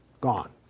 Gone